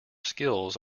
skills